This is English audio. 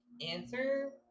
answer